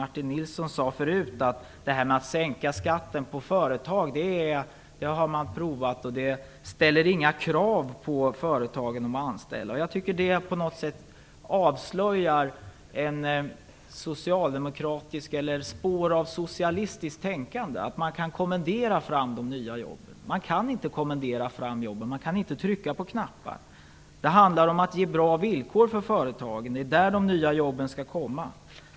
Martin Nilsson sade tidigare att man redan har provat att sänka skatten för företag och att det inte ställer några krav på företagen och de anställda. Jag tycker att det på något sätt avslöjar spår av socialistiskt tänkande när man tror att man kan kommendera fram de nya jobben. Man kan inte kommendera fram nya jobb, och man kan inte trycka på knappar. Vad det handlar om är att ge bra villkor för företagen. Det är där de nya jobben skall komma.